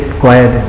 quiet